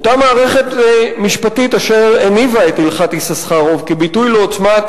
אותה מערכת משפטית אשר הניבה את הלכת יששכרוב כביטוי לעוצמת